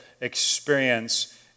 experience